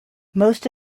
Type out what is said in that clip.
most